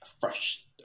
fresh